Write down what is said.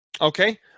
Okay